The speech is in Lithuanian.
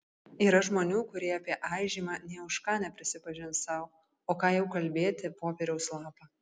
yra žmonių kurie apie aižymą nė už ką neprisipažins sau o ką jau kalbėti popieriaus lapą